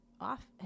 off